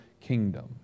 kingdom